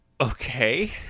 Okay